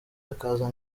akaza